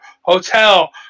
hotel